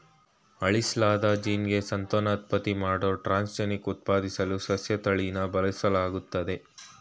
ಅಳಿಸ್ಲಾದ ಜೀನ್ಗೆ ಸಂತಾನೋತ್ಪತ್ತಿ ಮಾಡೋ ಟ್ರಾನ್ಸ್ಜೆನಿಕ್ ಉತ್ಪಾದಿಸಲು ಸಸ್ಯತಳಿನ ಬಳಸಲಾಗ್ತದೆ